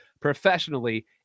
professionally